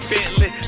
Bentley